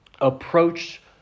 approach